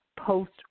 post